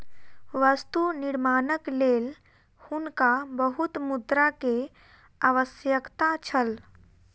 वस्तु निर्माणक लेल हुनका बहुत मुद्रा के आवश्यकता छल